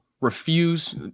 refuse